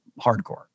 hardcore